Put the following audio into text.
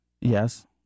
Yes